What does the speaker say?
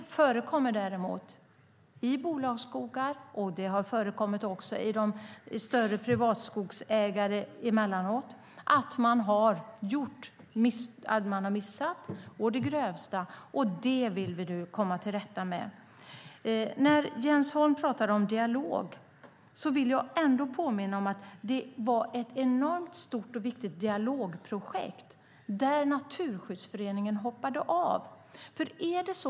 Det förekommer däremot i bolagsskogar - och det har också förekommit hos större privatskogsägare emellanåt - att man missar å det grövsta, och det vill vi komma till rätta med. När Jens Holm pratar om dialog vill jag påminna om att det fanns ett enormt stort och viktigt dialogprojekt från vilket Naturskyddsföreningen hoppade av.